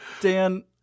Dan